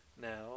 now